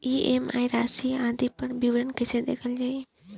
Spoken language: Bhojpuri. ई.एम.आई राशि आदि पर विवरण कैसे देखल जाइ?